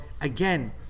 again